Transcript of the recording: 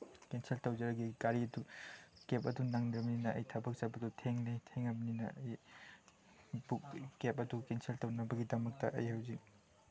cancel ꯇꯧꯖꯔꯒꯦ ꯒꯥꯔꯤꯗꯨ cap ꯑꯗꯨ ꯅꯪꯗ꯭ꯔꯕꯅꯤꯅ ꯑꯩ ꯊꯕꯛ ꯆꯠꯄꯗꯣ ꯊꯦꯡꯂꯦ ꯊꯦꯡꯉꯕꯅꯤꯅ ꯑꯩ ꯀꯦꯞ ꯑꯗꯨ ꯀꯦꯟꯁꯦꯜ ꯇꯧꯅꯕꯒꯤꯗꯃꯛꯇ ꯑꯩ ꯍꯧꯖꯤꯛ